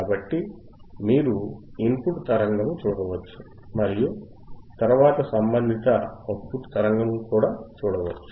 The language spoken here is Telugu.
కాబట్టి మీరు ఇన్పుట్ తరంగము చూడవచ్చు మరియు తరువాత సంబంధిత అవుట్ పుట్ తరంగము కూడా చూడవచ్చు